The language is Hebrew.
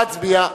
נא להצביע.